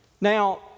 Now